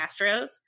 Astros